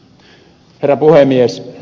herra puhemies